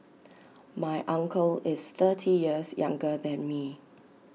my uncle is thirty years younger than me